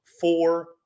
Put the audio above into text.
four